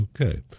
Okay